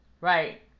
Right